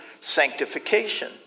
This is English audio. sanctification